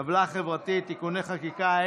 עוולה אזרחית (תיקוני חקיקה),